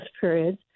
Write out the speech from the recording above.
periods